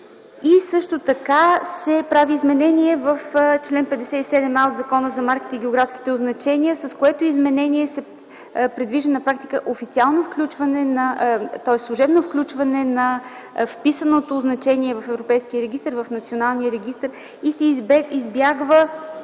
Също така се прави изменение в чл. 57а от Закона за марките и географските означения, с което се предвижда на практика служебно включване на вписаното означение в европейския регистър и в националния регистър и се избягва